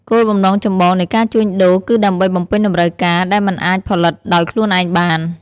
គោលបំណងចម្បងនៃការជួញដូរគឺដើម្បី បំពេញតម្រូវការ ដែលមិនអាចផលិតដោយខ្លួនឯងបាន។